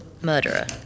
murderer